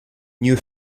new